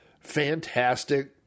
fantastic